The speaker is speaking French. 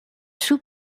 sous